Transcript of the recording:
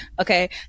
Okay